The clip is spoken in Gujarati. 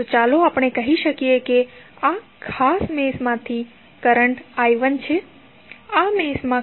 તો ચાલો આપણે કહી શકીએ કે આ ખાસ મેશમાં કરંટ I1 છે આ મેશમાં કરંટ I2 છે